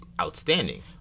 outstanding